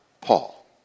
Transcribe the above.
Paul